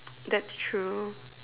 that's true